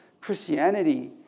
Christianity